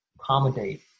accommodate